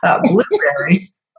Blueberries